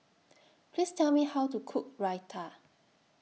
Please Tell Me How to Cook Raita